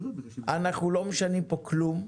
אנחנו לא משנים כאן כלום.